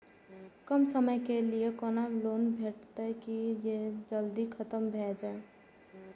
कम समय के लीये कोनो लोन भेटतै की जे जल्दी खत्म भे जे?